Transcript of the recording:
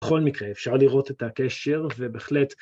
בכל מקרה, אפשר לראות את הקשר ובהחלט...